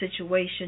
situation